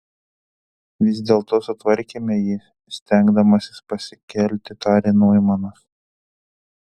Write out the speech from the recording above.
vis dėlto sutvarkėme jį stengdamasis pasikelti tarė noimanas